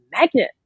magnet